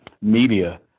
media